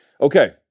Okay